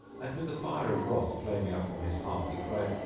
and with the fire of wrath flaming up from his heart, he cried,